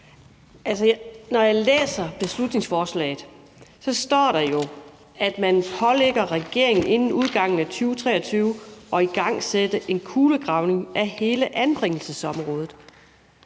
Når jeg læser beslutningsforslaget, står der jo, at man pålægger regeringen inden udgangen af 2023 at igangsætte en kulegravning af hele anbringelsesområdet.